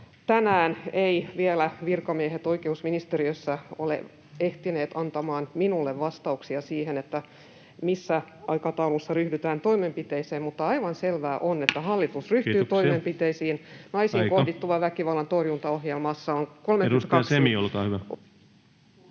tänään eivät vielä virkamiehet oikeusministeriössä ole ehtineet antamaan minulle vastauksia siihen, missä aikataulussa ryhdytään toimenpiteisiin, mutta aivan selvää on, [Puhemies: Kiitoksia!] että hallitus ryhtyy toimenpiteisiin. [Puhemies: Aika!] Naisiin kohdistuvan väkivallan torjuntaohjelmassa on 32...